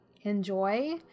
enjoy